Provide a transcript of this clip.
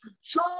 show